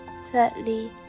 thirdly